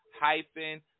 hyphen